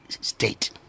state